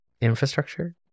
infrastructure